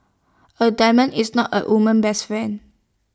A diamond is not A woman best friend